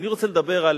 אני רוצה לדבר על